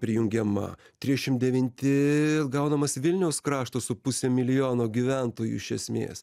prijungiama trišim devinti gaunamas vilniaus kraštas su puse milijono gyventojų iš esmės